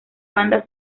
banda